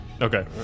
Okay